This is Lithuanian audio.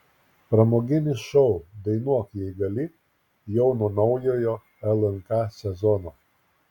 pramoginis šou dainuok jei gali jau nuo naujojo lnk sezono